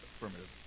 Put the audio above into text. Affirmative